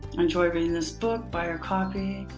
enjoy reading this book. buy your copy.